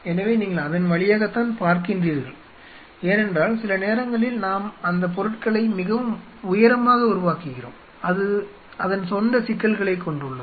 எனவே நீங்கள் அதன் வழியாகத்தான் பார்க்கின்றீர்கள் ஏனென்றால் சில நேரங்களில் நாம் அந்த பொருட்களை மிகவும் உயரமாக உருவாக்குகிறோம் அது சொந்த சிக்கல்களைக் கொண்டுள்ளது